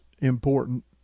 important